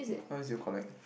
what else did you collect